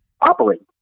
operate